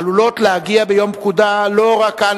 עלולות להגיע ביום פקודה לא רק לכאן,